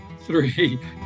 three